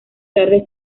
tarde